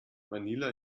manila